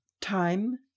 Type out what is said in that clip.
Time